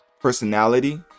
personality